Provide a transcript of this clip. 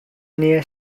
near